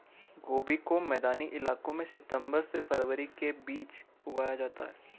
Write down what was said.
गोभी को मैदानी इलाकों में सितम्बर से फरवरी के बीच उगाया जाता है